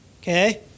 okay